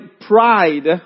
pride